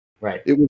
Right